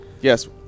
Yes